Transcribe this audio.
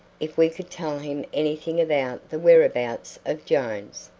if we could tell him anything about the whereabouts of jones.